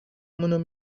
مون